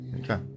Okay